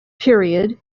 period